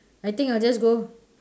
I think I'll just go